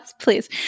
please